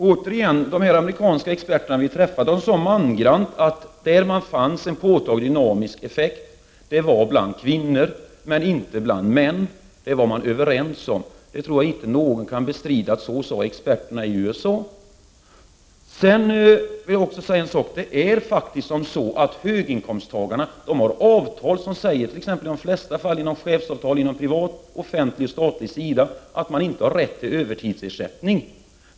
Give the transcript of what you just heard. Herr talman! De amerikanska experter vi träffade sade mangrant att en påtaglig dynamisk effekt hade man funnit bland kvinnor men inte bland män — det var man överens om. Jag tror inte att någon kan bestrida att experterna i USA sade det. Höginkomsttagarna har i de flesta fallen avtal som säger — det gäller chefsavtalen på privat och på offentlig, statlig, sida — att de inte har rätt till övertidsersättning.